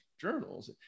journals